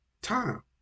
time